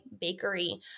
bakery